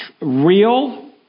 real